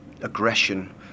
aggression